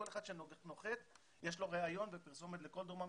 כל אחד שנוחת יש לו ריאיון ופרסומת לכל דרום אמריקה,